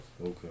Okay